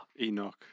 Enoch